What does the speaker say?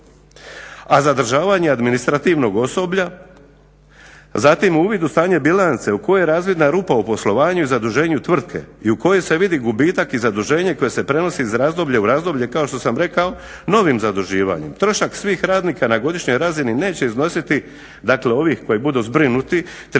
a zadržavanje administrativnog osoblja. Zatim uvid u stanje bilance u kojoj je razvidna rupa u poslovanju i zaduženju tvrtke i u kojoj se vidi gubitak i zaduženje koje se prenosi iz razdoblja u razdoblje kao što sam rekao novim zaduživanjem. Trošak svih radnika na godišnjoj razini neće iznositi dakle ovih koji budu zbrinuti 30